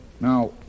Now